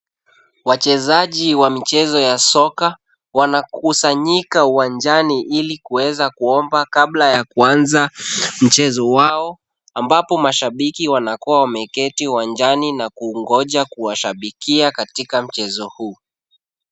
Wachezaji wa michezo ya soka wanakusanyika uwanjani, ili kuweza kuomba kabla ya kuanza mchezo wao, ambapo mashabiki wanakuwa wameketi uwanjani na kungoja kuwashabikia katika mchezo huu.